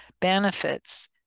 benefits